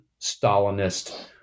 Stalinist